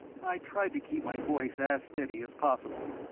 i tried to keep my voice as steady as possible.